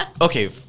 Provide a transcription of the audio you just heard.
Okay